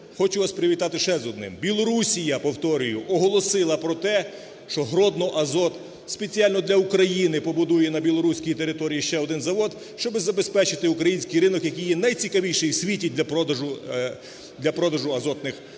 Хочу вас привітати ще з одним. Білорусія, повторюю, оголосила про те, що "Гродно Азот" спеціально для України побудує на білоруській території ще один завод, щоб забезпечити український ринок, який є найцікавіший у світі для продажу азотних добрив.